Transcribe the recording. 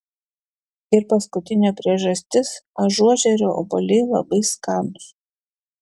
ir paskutinė priežastis ažuožerių obuoliai labai skanūs